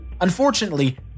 Unfortunately